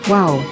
Wow